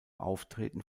auftreten